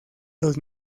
los